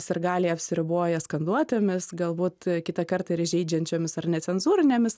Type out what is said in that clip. sirgaliai apsiriboja skanduotėmis galbūt kitą kartą ir įžeidžiančiomis ar necenzūrinėmis